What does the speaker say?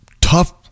tough